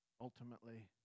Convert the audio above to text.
ultimately